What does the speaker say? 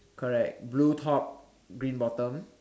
correct blue top green bottom